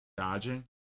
Dodging